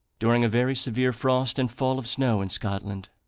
during a very severe frost and fall of snow in scotland,